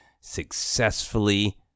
successfully